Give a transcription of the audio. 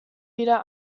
wieder